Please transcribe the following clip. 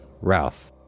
Ralph